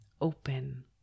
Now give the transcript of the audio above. open